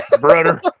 Brother